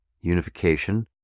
unification